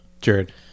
Jared